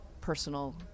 personal